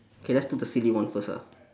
K let's do the silly one first ah